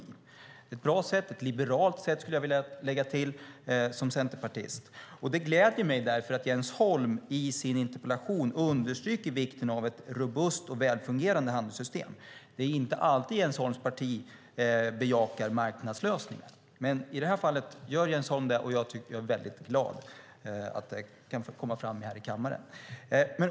Det är ett bra sätt - ett liberalt sätt, skulle jag som centerpartist vilja lägga till. Det gläder mig därför att Jens Holm i sin interpellation understryker vikten av ett robust och välfungerande handelssystem. Det är inte alltid som Jens Holms parti bejakar marknadslösningar, men i det här fallet gör Jens Holm det, och jag är väldigt glad att det kan få komma fram här i kammaren.